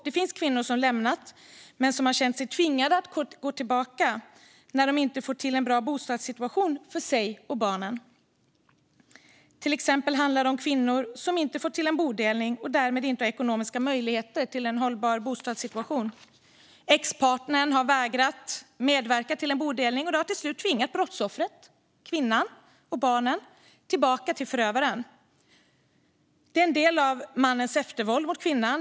Det finns kvinnor som har lämnat en våldsam relation men känt sig tvingade att gå tillbaka när de inte har kunnat få till en bra bostadssituation för sig och barnen. Till exempel handlar det om kvinnor som inte fått till stånd en bodelning och därmed inte har ekonomiska möjligheter till en hållbar bostadssituation. Expartnern har vägrat medverka till en bodelning, och det har till slut tvingat brottsoffren, kvinnan och barnen, tillbaka till förövaren. Det är en del av mannens eftervåld mot kvinnan.